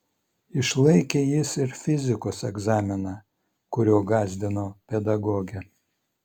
išlaikė jis ir fizikos egzaminą kuriuo gąsdino pedagogė